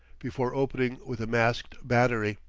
before opening with a masked battery.